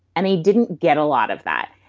and i didn't get a lot of that.